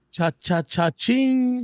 Cha-cha-cha-ching